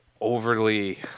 overly